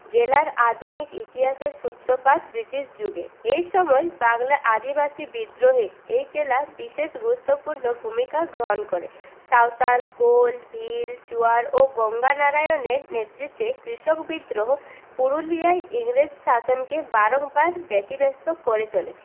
জেলার আধুনিক ইতিহাসের সূত্রপাত ব্রিটিশ যুগে এইসময় বাংলা আদিবাসী বিদ্রোহে এই জেলা বিশেষ গুরুত্বপূর্ণ ভূমিকা গ্রহণ করে সাঁওতাল কোল ভিল চুয়ার ও গঙ্গানারায়ণের নেতৃত্বে কৃষক বিদ্রোহ পুরুলিয়ায় ইংরেজ শাসনকে বারংবার ব্যতিব্যস্ত করে তোলে